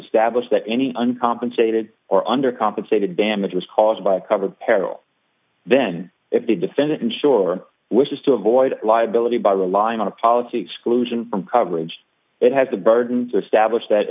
establish that any uncompensated or under compensated damage was caused by a covered peril then if the defendant insurer wishes to avoid liability by relying on a policy exclusion from coverage it has the burden to establish that